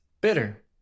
bitter